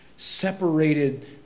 separated